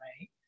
right